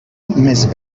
més